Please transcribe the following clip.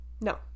No